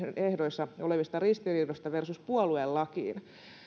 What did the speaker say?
ehdoissa olevista ristiriidoista verrattuna puoluelakiin